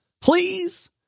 Please